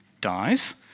dies